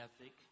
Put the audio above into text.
ethic